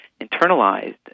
internalized